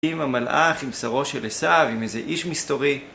עם המלאך, עם שרו של עשיו, עם איזה איש מסתורי.